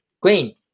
Queen